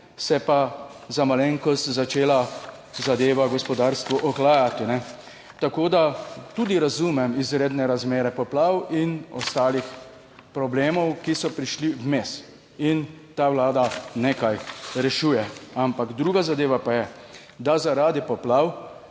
je pa za malenkost začela zadeva, gospodarstvo, ohlajati, tako da tudi razumem izredne razmere poplav in ostalih problemov, ki so prišli vmes in ta Vlada nekaj rešuje. Ampak druga zadeva pa je, da zaradi poplav,